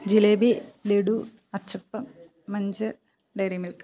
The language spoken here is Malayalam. jalebi laddu achappam Munch Dairy milk